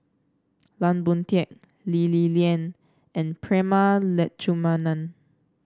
Lan Boon Teik Lee Li Lian and Prema Letchumanan